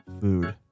food